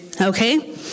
Okay